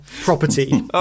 property